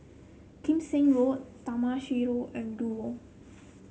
Kim Seng Road Taman Sireh Road and Duo